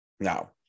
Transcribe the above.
Now